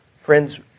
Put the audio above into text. friends